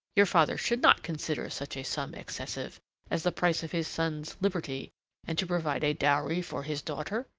your father should not consider such a sum excessive as the price of his son's liberty and to provide a dowry for his daughter.